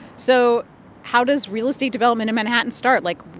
so how does real estate development in manhattan start? like,